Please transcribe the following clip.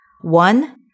One